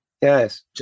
Yes